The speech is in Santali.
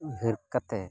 ᱰᱷᱮᱨ ᱠᱟᱛᱮ